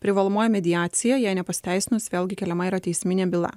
privalomoji mediacija jai nepasiteisinus vėlgi keliama yra teisminė byla